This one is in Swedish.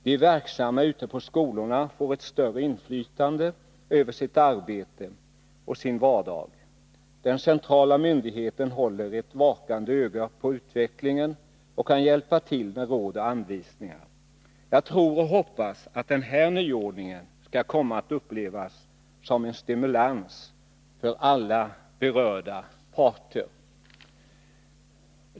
De verksamma ute på skolorna får ett större inflytande över sitt arbete och sin vardag. Den centrala myndigheten håller ett vakande öga på utvecklingen och kan hjälpa till med råd och anvisningar. Jag tror och hoppas att den här nyordningen skall komma att upplevas som en stimulans för alla berörda parter.